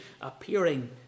appearing